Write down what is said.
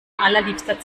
allerliebster